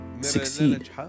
succeed